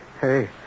Hey